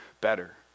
better